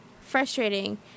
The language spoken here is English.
frustrating